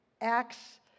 Acts